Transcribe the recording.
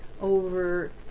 over